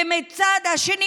ומצד שני